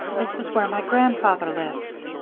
this is where my grandfather lives.